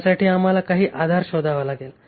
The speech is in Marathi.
त्यासाठी आम्हाला काही आधार शोधावा लागेल